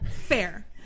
Fair